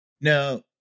No